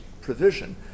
provision